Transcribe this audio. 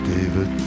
David